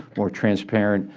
more transparent,